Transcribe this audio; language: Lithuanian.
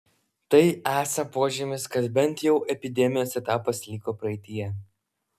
tai esą požymis kad bent jau epidemijos etapas liko praeityje